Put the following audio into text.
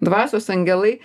dvasios angelai